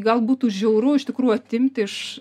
gal būtų žiauru iš tikrųjų atimti iš